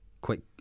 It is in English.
quick